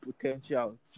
potential